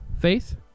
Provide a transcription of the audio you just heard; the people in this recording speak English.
Faith